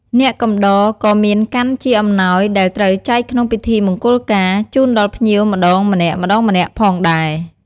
អ្នកកំដរក៏មានកាន់ជាអំណោយដែលត្រូវចែកក្នុងពិធីមង្គលការ ជូនដល់ភ្ញៀវម្តងម្នាក់ៗផងដែរ។